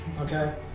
Okay